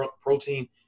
protein